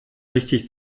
richtig